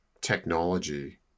technology